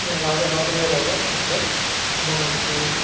ഞങ്ങളാകെ നാല് പേരാണ് വീട്ടിൽ അമ്മ മരിച്ച് പോയി